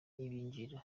ibingira